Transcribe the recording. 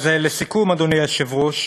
לסיכום, אדוני היושב-ראש,